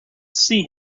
see